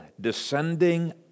descending